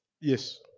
Yes